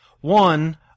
One